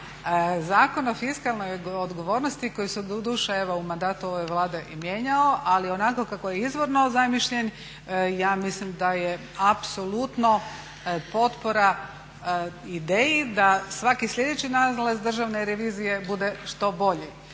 Zakon o fiskalnoj odgovornosti koji se doduše evo u mandatu ove Vlade i mijenjao ali onako kako je izvorno zamišljen ja mislim da je apsolutno potpora ideji da svaki sljedeći nalaz državne revizije bude što bolji.